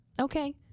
Okay